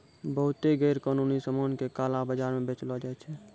बहुते गैरकानूनी सामान का काला बाजार म बेचलो जाय छै